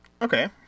Okay